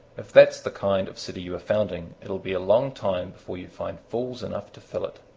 if that's the kind of city you are founding, it'll be a long time before you find fools enough to fill it.